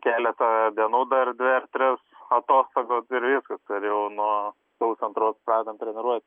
keletą dienų dar dvi ar tris atostogos ir viskas ir jau nuo sausio antros pradedam treniruot